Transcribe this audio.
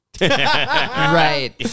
Right